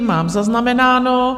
Mám zaznamenáno.